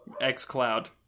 X-Cloud